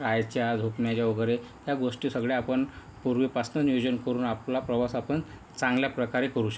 राहायच्या झोपण्याच्या वगैरे या गोष्टी सगळ्या आपण पूर्वीपासनं नियोजन करून आपला प्रवास आपण चांगल्या प्रकारे करू शकतो